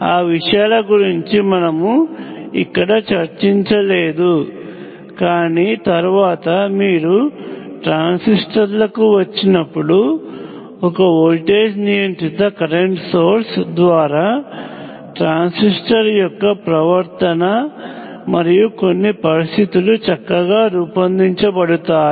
ఆ విషయాల గురించి మనము ఇక్కడ చర్చించడం లేదు కానీ తరువాత మీరు ట్రాన్సిస్టర్ల కు వచ్చినప్పుడు ఒక వోల్టేజ్ నియంత్రిత కరెంట్ సోర్స్ ద్వారా ట్రాన్సిస్టర్ యొక్క ప్రవర్తన మరియు కొన్ని పరిస్థితులు చక్కగా రూపొందించబడుతాయి